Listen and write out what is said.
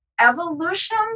evolution